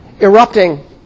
erupting